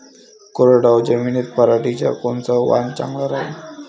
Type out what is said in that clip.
कोरडवाहू जमीनीत पऱ्हाटीचं कोनतं वान चांगलं रायीन?